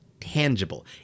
tangible